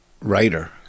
writer